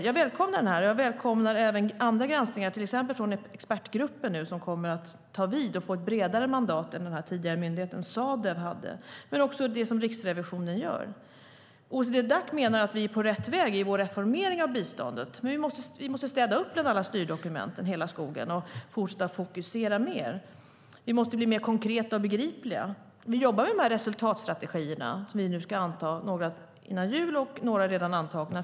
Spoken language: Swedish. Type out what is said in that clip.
Jag välkomnar denna och även andra granskningar, till exempel från Expertgruppen som nu kommer att ta vid och får ett bredare mandat än vad den tidigare myndigheten Sadev hade, men också det som Riksrevisionen gör. OECD-Dac menar att vi är på rätt väg i vår reformering av biståndet, men vi måste städa upp bland alla styrdokument och fortsätta fokusera mer. Vi måste bli mer konkreta och begripliga. Vi jobbar med de resultatstrategier som vi ska anta före jul; fyra resultatstrategier är redan antagna.